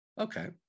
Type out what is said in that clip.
Okay